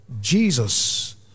Jesus